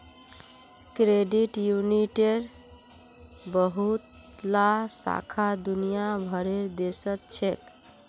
credit यूनियनेर बहुतला शाखा दुनिया भरेर देशत छेक